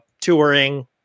touring